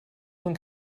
von